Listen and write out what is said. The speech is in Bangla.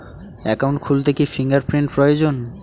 একাউন্ট খুলতে কি ফিঙ্গার প্রিন্ট প্রয়োজন?